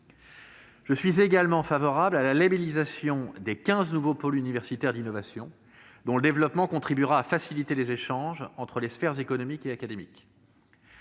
Je suis également favorable à la labellisation de quinze nouveaux pôles universitaires d'innovation, dont le développement contribuera à faciliter les échanges entre les sphères économique et académique.